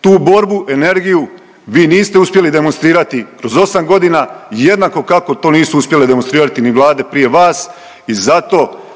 Tu borbu, energiju vi niste uspjeli demonstrirati kroz 8.g., jednako kako to nisu uspjele demonstrirati ni Vlade prije vas i zato